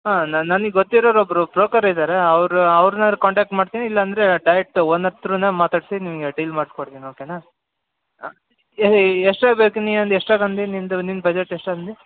ಹಾಂ ನನ್ನ ನನಗೆ ಗೊತ್ತಿರೊರೊಬ್ಬರು ಬ್ರೋಕರ್ ಇದಾರೆ ಅವರು ಅವ್ರನ್ನಾರೂ ಕಾಂಟಾಕ್ಟ್ ಮಾಡ್ತಿನಿ ಇಲ್ಲ ಅಂದರೆ ಡೈರೆಕ್ಟ್ ಓನ ಹತ್ರನೆ ಮಾತಾಡಿಸಿ ನಿಮಗೆ ಡೀಲ್ ಮಾಡ್ಸಿ ಕೊಡ್ತಿನಿ ಓಕೆನ ಎಷ್ಟ್ರದ್ದು ಬೇಕು ನೀ ಅಂದು ಎಷ್ಟ್ರದ್ದು ಅಂದೆ ನಿನ್ನದು ನಿನ್ನ ಬಜೆಟ್ ಎಷ್ಟು ಅಂದೆ